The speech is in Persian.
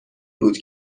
بود